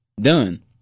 done